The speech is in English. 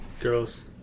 Girls